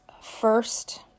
first